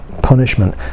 punishment